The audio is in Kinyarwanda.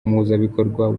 umuhuzabikorwa